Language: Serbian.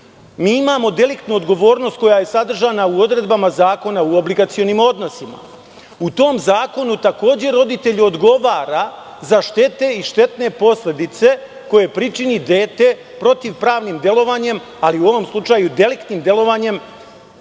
Mi imamo deliktnu odgovornost koja je sadržana u odredbama zakona u obligacionim odnosima. U tom zakonu takođe roditelj odgovara za štete i štetne posledice koje pričini dete protivpravnim delovanjem, ali u ovom slučaju deliktnim delovanjem,